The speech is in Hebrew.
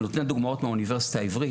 לא ברור תמיד מה גבולות המצויינות,